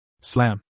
Slam